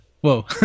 Whoa